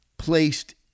placed